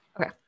Okay